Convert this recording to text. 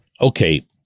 Okay